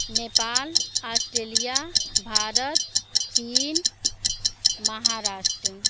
Nepal Australia Bharat चीन महाराष्ट